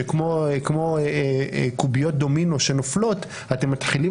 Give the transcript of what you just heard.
וכמו קוביות דומינו נופלות אתם מתחילים